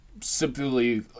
simply